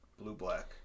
blue-black